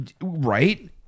right